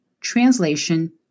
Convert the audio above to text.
translation